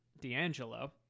D'Angelo